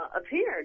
appeared